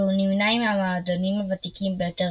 והוא נמנה עם המועדונים הוותיקים ביותר